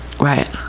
right